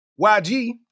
YG